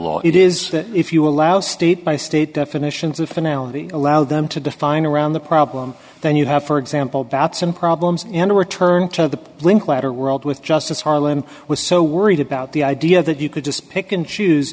law it is that if you allow state by state definitions of finality allow them to define around the problem then you have for example about some problems and a return to the linkletter world with justice harlan was so worried about the idea that you could just pick and choose